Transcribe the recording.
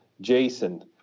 Jason